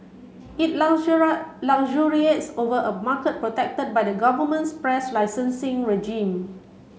it luxuriates over a market protected by the government's press licensing regime